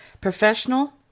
Professional